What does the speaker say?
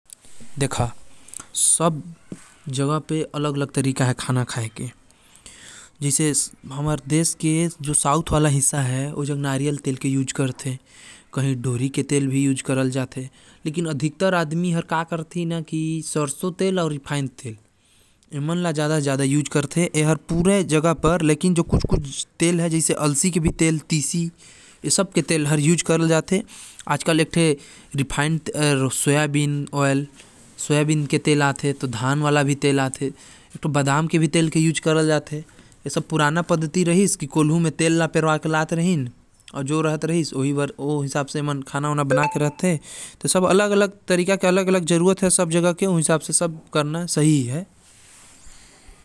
देखा सब जगह खाना बनाये खाये के अलग अलग तेल आथे और हमर देश में अलग अलग जगह अलग अलग तेल में खाना रांधथे कही नारियल तेल कहीं रिफाइंड तेल कहीं सरसों तेल कहीं मूंगफली तेल, डोरी तेल कहीं धान के तेल पुराना पद्धति कोल्हू के तेल अउ घी खाये के रहिस जो सबले बढ़िया रहिस बाकि सब ठीक है।